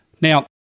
Now